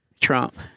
Trump